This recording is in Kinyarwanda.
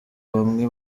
bamwe